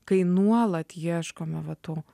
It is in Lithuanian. kai nuolat ieškome va to